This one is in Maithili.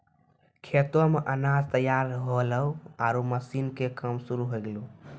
खेतो मॅ अनाज तैयार होल्हों आरो मशीन के काम शुरू होय गेलै